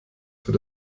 für